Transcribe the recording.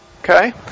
Okay